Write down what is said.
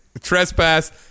trespass